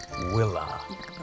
Willa